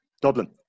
Dublin